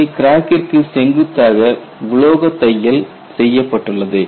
இதில் கிராக்கிற்கு செங்குத்தாக உலோக தையல் செய்யப்பட்டுள்ளது